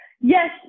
Yes